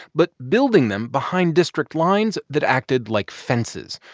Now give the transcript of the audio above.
but building them behind district lines that acted like fences.